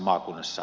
puhemies